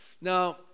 Now